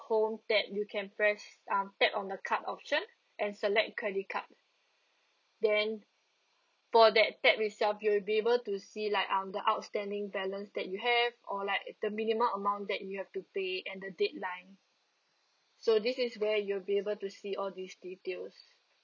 home tab you can press um tap on the card option and select credit card then for that tab itself you'll be able to see like um the outstanding balance that you have or like the minimum amount that you have to pay and the deadline so this is where you'll be able to see all these details